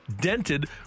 dented